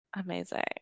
Amazing